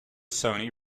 sony